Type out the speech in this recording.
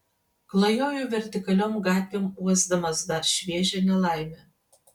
klajoju vertikaliom gatvėm uosdamas dar šviežią nelaimę